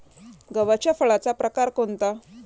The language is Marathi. गव्हाच्या फळाचा प्रकार कोणता?